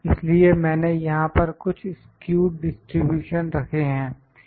इसलिए मैंने यहां पर कुछ स्क्यूड डिस्ट्रीब्यूशन रखे हैं